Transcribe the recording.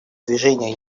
движения